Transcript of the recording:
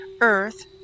Earth